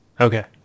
okay